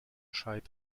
tried